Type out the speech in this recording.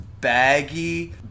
baggy